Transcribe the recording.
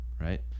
right